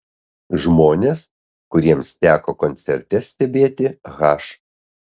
žmonės kuriems teko koncerte stebėti h